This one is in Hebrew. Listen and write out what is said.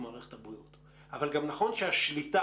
מערכת הבריאות אבל גם נכון שהשליטה,